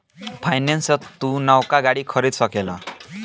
finance से तू नवका गाड़ी खरीद सकेल